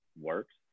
works